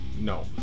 No